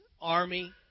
army